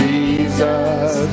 Jesus